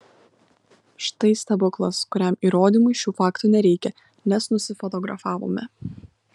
štai stebuklas kuriam įrodymui šių faktų nereikia nes nusifotografavome